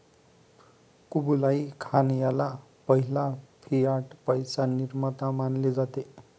Kublai Khan ह्याला पहिला fiat पैसा निर्माता मानले जाते